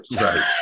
Right